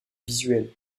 visuel